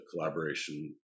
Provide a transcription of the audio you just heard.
collaboration